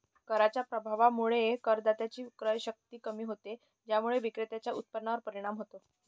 कराच्या प्रभावामुळे करदात्याची क्रयशक्ती कमी होते, ज्यामुळे विक्रेत्याच्या उत्पन्नावर परिणाम होतो